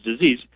disease